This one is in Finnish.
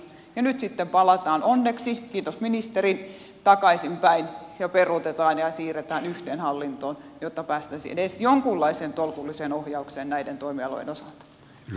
nyt sitten palataan onneksi kiitos ministerin takaisinpäin ja peruutetaan ja siirretään yhteen hallintoon jotta päästäisiin edes jonkunlaiseen tolkulliseen ohjaukseen näiden toimialojen osalta